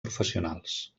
professionals